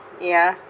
ya